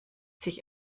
sich